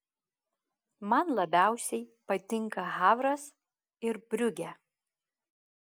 man labiausiai patinka havras ir briugė